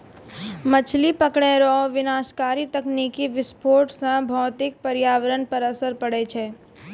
मछली पकड़ै रो विनाशकारी तकनीकी विस्फोट से भौतिक परयावरण पर असर पड़ै छै